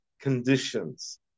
conditions